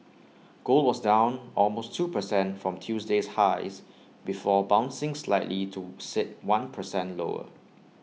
gold was down almost two percent from Tuesday's highs before bouncing slightly to sit one percent lower